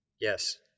Yes